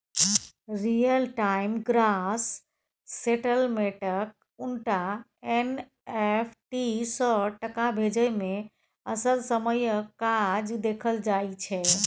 real time gross सेटलमेंटक उनटा NFT सँ टका भेजय मे असल समयक काज देखल जाइ छै